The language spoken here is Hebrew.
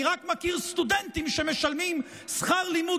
אני מכיר רק סטודנטים שמשלמים שכר לימוד